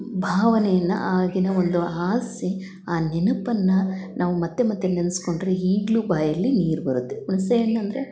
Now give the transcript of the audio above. ಭಾವನೆಯನ್ನು ಆಗಿನ ಒಂದು ಆಸೆ ಆ ನೆನಪನ್ನು ನಾವು ಮತ್ತೆ ಮತ್ತೆ ನೆನೆಸ್ಕೊಂಡ್ರೆ ಈಗಲು ಬಾಯಲ್ಲಿ ನೀರು ಬರುತ್ತೆ ಹುಣ್ಸೆ ಹಣ್ ಅಂದರೆ